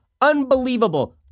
unbelievable